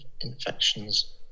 infections